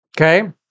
Okay